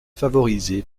favorisée